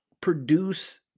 produce